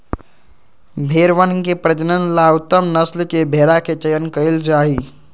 भेंड़वन के प्रजनन ला उत्तम नस्ल के भेंड़ा के चयन कइल जाहई